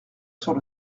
sur